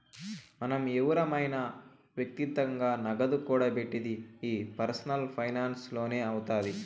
మనం ఎవురమైన వ్యక్తిగతంగా నగదు కూడబెట్టిది ఈ పర్సనల్ ఫైనాన్స్ తోనే అవుతాది